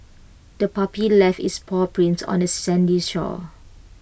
the puppy left its paw prints on the sandy shore